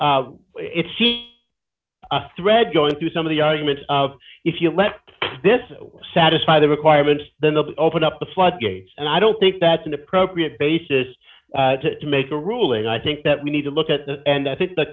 its thread going through some of the arguments if you let this satisfy the requirements then the opened up the floodgates and i don't think that's an appropriate basis to make a ruling i think that we need to look at that and i think the